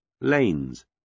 lanes